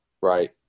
right